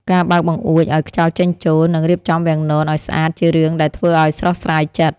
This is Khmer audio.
ការបើកបង្អួចឱ្យខ្យល់ចេញចូល និងរៀបចំវាំងននឱ្យស្អាត ជារឿងដែលធ្វើឲ្យស្រស់ស្រាយចិត្ត។